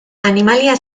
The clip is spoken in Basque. animalia